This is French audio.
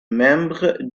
membre